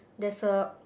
there's a